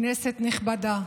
כנסת נכבדה,